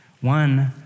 One